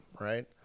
right